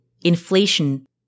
inflation